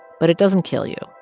but it doesn't kill you.